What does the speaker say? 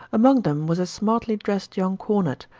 among them was a smartly dressed young cornet,